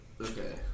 Okay